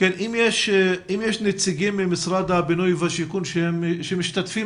אם יש נציגים ממשרד הבינוי והשיכון שמשתתפים